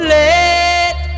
let